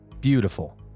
Beautiful